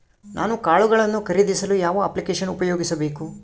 ನಾನು ಕಾಳುಗಳನ್ನು ಖರೇದಿಸಲು ಯಾವ ಅಪ್ಲಿಕೇಶನ್ ಉಪಯೋಗಿಸಬೇಕು?